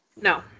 No